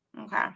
Okay